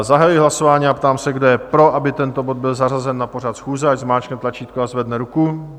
Zahajuji hlasování a ptám se, kdo je pro, aby tento bod byl zařazen na pořad schůze, ať zmáčkne tlačítko a zvedne ruku.